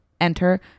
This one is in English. enter